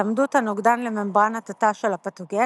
היצמדות הנוגדן לממברנת התא של הפתוגן,